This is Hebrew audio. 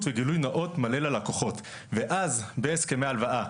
וגילוי נאות מלא ללקוחות בהסכמי הלוואה.